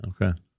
Okay